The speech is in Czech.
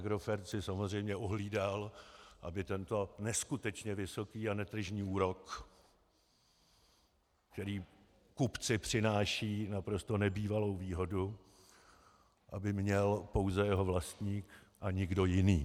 Agrofert si samozřejmě ohlídal, aby tento neskutečně vysoký a netržní úrok, který kupci přináší naprosto nebývalou výhodu, měl pouze jeho vlastník a nikdo jiný.